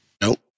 Nope